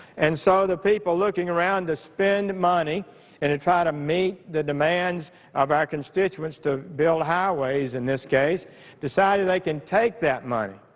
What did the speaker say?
and so the people looking around to spend money and try to meet the demands of our constituents to build highways in this case decided they can take that money.